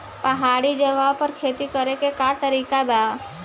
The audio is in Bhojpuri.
पहाड़ी जगह पर खेती करे के का तरीका बा?